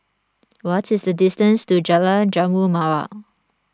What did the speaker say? what is the distance to Jalan Jambu Mawar